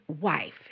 wife